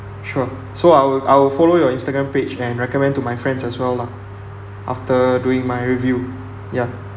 sure so I'll I'll follow your Instagram page and recommend to my friends as well lah after doing my review ya